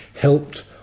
helped